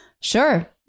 Sure